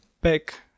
back